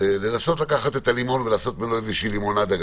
ננסה לקחת את הלימון ולעשות ממנו לימונדה.